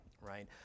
right